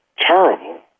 terrible